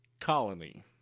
Colony